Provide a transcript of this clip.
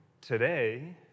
today